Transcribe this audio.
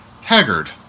haggard